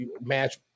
match